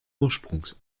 ursprungs